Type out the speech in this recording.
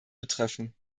betreffen